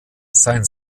sein